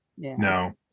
no